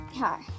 Hi